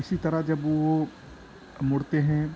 اسی طرح جب وہ مڑتے ہیں